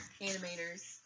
animators